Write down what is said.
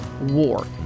war